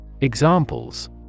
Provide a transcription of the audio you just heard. Examples